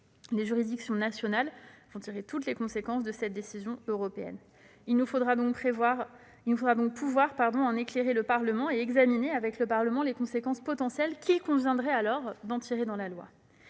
Les juridictions nationales tireront toutes les conséquences de cette décision européenne. Il nous faudra pouvoir en éclairer le Parlement et examiner avec lui les conséquences potentielles qu'il conviendrait d'en tirer dans la loi.